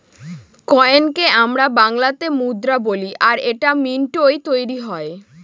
কয়েনকে আমরা বাংলাতে মুদ্রা বলি আর এটা মিন্টৈ তৈরী হয়